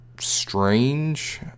strange